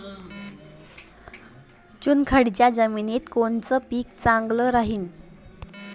चुनखडीच्या जमिनीत कोनचं पीक चांगलं राहीन?